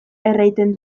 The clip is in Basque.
erraiten